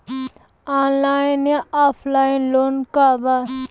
Online या offline loan का बा?